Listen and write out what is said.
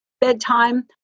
bedtime